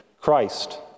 Christ